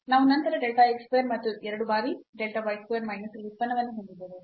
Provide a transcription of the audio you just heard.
ನಾವು ನಂತರ delta x square ಮತ್ತು 2 ಬಾರಿ delta y square ಮೈನಸ್ ಈ ಉತ್ಪನ್ನವನ್ನು ಹೊಂದಿದ್ದೇವೆ